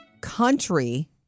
Country